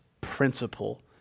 principle